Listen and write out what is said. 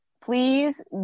please